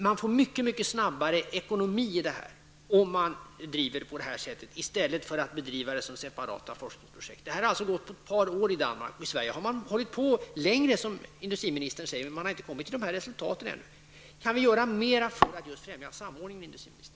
Man får mycket snabbare ekonomi i det hela med samlade projekt i stället för att bedriva det som separata forskningsprojekt. Det har gått på ett par år i Danmark. I Sverige har man hållit på längre, som industriministern säger, men man har inte kommit fram till sådana resultat. Kan vi göra mer för att främja samordning, industriministern?